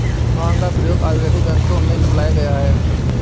भाँग का प्रयोग आयुर्वेदिक ग्रन्थों में बतलाया गया है